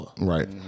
Right